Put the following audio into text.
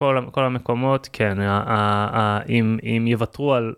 כל המקומות כן אם אם יבטרו על.